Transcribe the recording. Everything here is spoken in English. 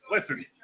Listen